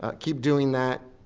ah keep doing that,